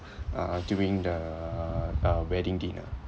uh during the uh wedding dinner